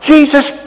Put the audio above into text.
Jesus